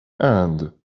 and